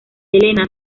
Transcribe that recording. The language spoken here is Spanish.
helena